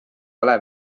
ole